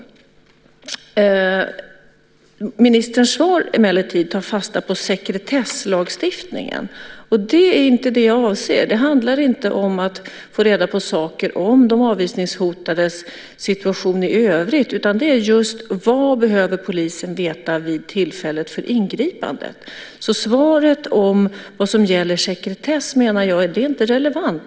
Ministerns svar tar emellertid fasta på sekretesslagstiftningen. Det är inte det jag avser. Det handlar inte om att få reda på saker om de avvisningshotades situation i övrigt utan det är just vad polisen behöver veta vid tillfället för ingripandet. Så svaret om vad som gäller sekretess menar jag inte är relevant.